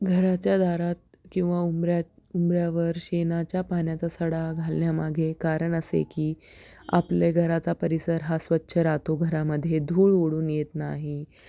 घराच्या दारात किंवा उंबऱ्यात उंबऱ्यावर शेणाच्या पाण्याचा सडा घालण्यामागे कारण असे की आपल्या घराचा परिसर हा स्वच्छ राहतो घरामध्ये धूळ उडून येत नाही